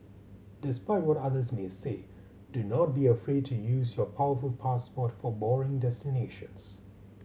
despite what others may say do not be afraid to use your powerful passport for boring destinations